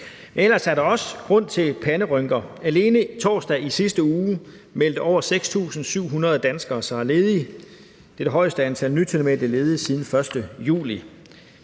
Men der er også grund til panderynker. Alene i torsdags i sidste uge meldte over 6.700 danskere sig ledige. Det er det højeste antal nytilmeldte ledige siden den 1. juli.